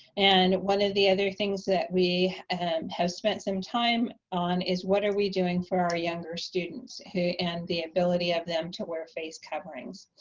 and one of the other things that we and have spent some time on is what are we doing for our younger students, and and the ability of them to wear face coverings?